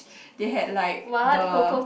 they had like the